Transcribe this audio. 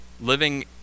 living